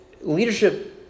Leadership